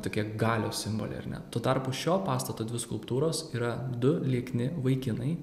tokie galios simboliai ar ne tuo tarpu šio pastato dvi skulptūros yra du liekni vaikinai